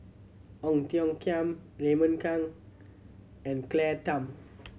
Ong Tiong Khiam Raymond Kang and Claire Tham